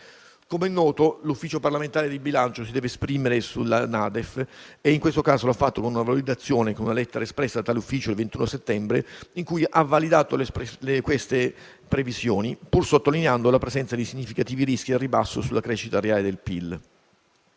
Come è noto, l'Ufficio parlamentare di bilancio si deve esprimere sulla NADEF e in questo caso l'ha fatto con una lettera del 21 settembre, in cui ha validato queste previsioni, pur sottolineando la presenza di significativi rischi al ribasso sulla crescita reale del PIL.